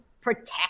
protect